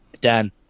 Dan